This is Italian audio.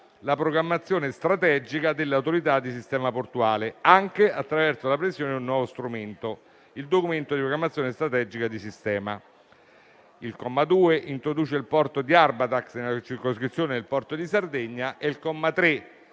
la programmazione strategica delle autorità di sistema portuale, anche attraverso la previsione di un nuovo strumento (il documento di programmazione strategica di sistema). Il comma 2 introduce il porto di Arbatax nella circoscrizione del porto di Sardegna e il comma 3